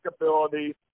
ability